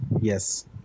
Yes